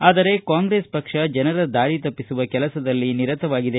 ಆದರೆ ಕಾಂಗ್ರೆಸ್ ಪಕ್ಷ ಜನರ ದಾರಿ ತಪ್ಪಿಸುವ ಕೆಲಸದಲ್ಲಿ ನಿರತವಾಗಿದೆ